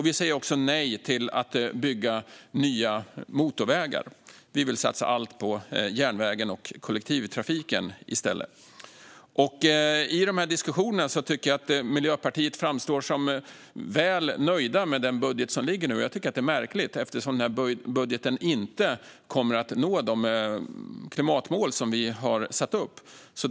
Vi säger också nej till att bygga nya motorvägar. Vi vill i stället satsa allt på järnvägen och kollektivtrafiken. I diskussionerna tycker jag att Miljöpartiet framstår som väl nöjda med den budget som nu ligger. Jag tycker att detta är märkligt eftersom budgeten inte kommer att nå de klimatmål som vi har satt upp.